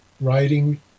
writing